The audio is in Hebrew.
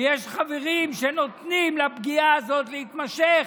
ויש חברים שנותנים לפגיעה הזאת להימשך,